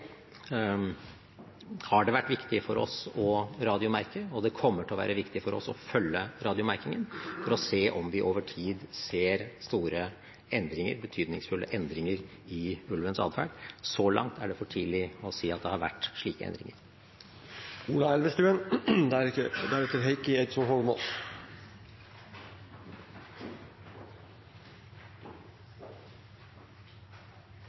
har det vært viktig for oss å radiomerke, og det kommer til å være viktig for oss å følge radiomerkingen for å se om vi over tid ser store, betydningsfulle endringer i ulvens adferd. Så langt er det for tidlig å si at det har vært slike endringer. Ola Elvestuen